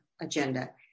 agenda